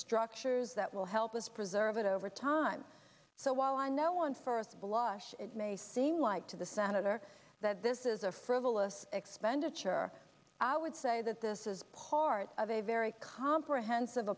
structures that will help us preserve it over time so while i know one first blush it may seem like to the senator that this is a frivolous expenditure i would say that this is part of a very comprehensive